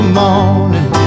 morning